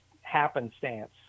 happenstance